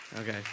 okay